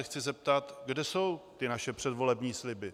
Chci se zeptat: Kde jsou ty naše předvolební sliby?